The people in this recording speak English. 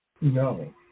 No